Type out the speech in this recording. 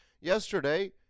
yesterday